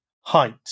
height